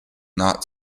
not